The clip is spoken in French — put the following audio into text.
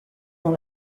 dans